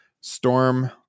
Storm